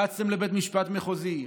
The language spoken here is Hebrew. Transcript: רצתן לבית המשפט המחוזי,